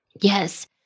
Yes